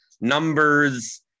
numbers